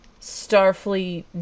Starfleet